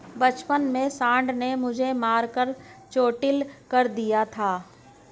बचपन में सांड ने मुझे मारकर चोटील कर दिया था